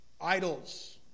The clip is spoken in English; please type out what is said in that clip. idols